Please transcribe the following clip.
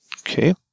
Okay